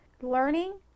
learning